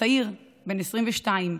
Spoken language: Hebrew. צעיר בן 22,